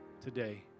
today